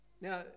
Now